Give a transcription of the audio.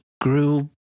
grew